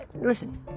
Listen